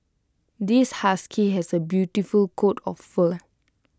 this husky has A beautiful coat of fur